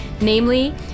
namely